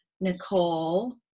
Nicole